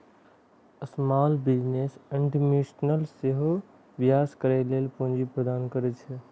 small business administration सेहो व्यवसाय करै लेल पूंजी प्रदान करै छै